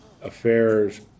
affairs